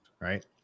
right